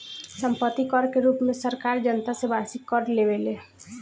सम्पत्ति कर के रूप में सरकार जनता से वार्षिक कर लेवेले